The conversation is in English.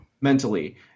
Mentally